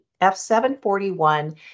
F741